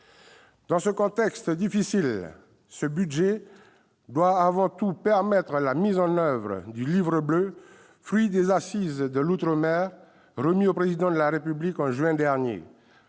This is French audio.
Dans ce contexte difficile, ce budget doit avant tout permettre la mise en oeuvre du Livre bleu, fruit des assises de l'outre-mer et remis au Président de la République en juin dernier.